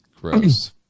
Gross